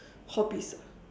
hobbies